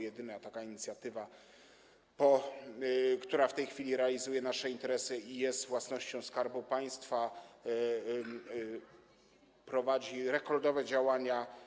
Jedyna taka inicjatywa, która w tej chwili realizuje nasze interesy i jest własnością Skarbu Państwa, prowadzi rekordowe działania.